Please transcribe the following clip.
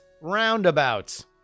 roundabouts